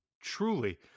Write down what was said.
truly